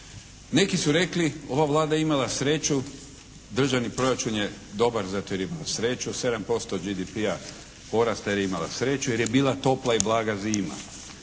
Neki su rekli ova Vlada je imala sreću državni proračun je dobar zato jer je imao sreću, 7% GDP-a porasta jer je imala sreću jer je bila topla i blaga zima.